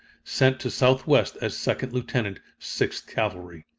sent to southwest as second-lieutenant, sixth cavalry.